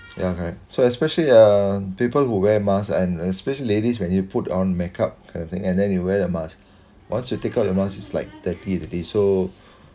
ya correct so especially uh people who wear mask and especially ladies when you put on makeup kind of thing and then you wear the mask once you take out your mask is like dirty already